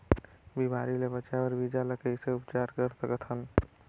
बिमारी ले बचाय बर बीजा ल कइसे उपचार कर सकत हन?